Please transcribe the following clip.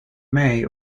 may